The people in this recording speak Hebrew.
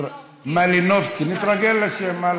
נתרגל לשם.